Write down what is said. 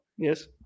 Yes